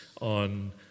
on